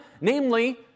namely